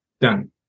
Done